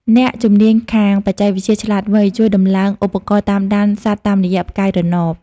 អ្នកជំនាញខាងបច្ចេកវិទ្យាឆ្លាតវៃ ជួយដំឡើងឧបករណ៍តាមដានសត្វតាមរយៈផ្កាយរណប។